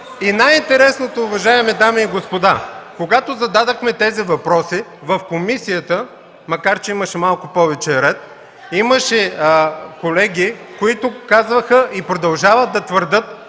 И най-интересното, уважаеми дами и господа, когато зададохме тези въпроси в комисията, макар че имаше малко повече ред, имаше колеги, които казваха и продължаваха да твърдят